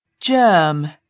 germ